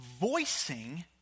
voicing